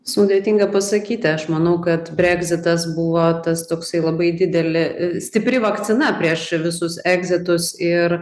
sudėtinga pasakyti aš manau kad bregzitas buvo tas toksai labai didelė stipri vakcina prieš visus egzitus ir